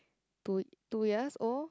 two two years old